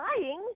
lying